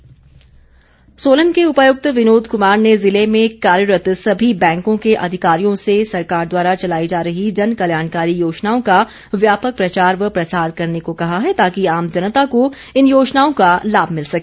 DC Solan Solan के उपायुक्त विनोद कुमार ने ज़िले में कार्यरत सभी बैंकों के अधिकारियों से सरकार द्वारा चलाई जा रही जनकल्याणकारी योजनाओं का व्यापक प्रचार व प्रसार करने को कहा है ताकि आम जनता को इन योजनाओं का लाभ मिल सके